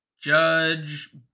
Judge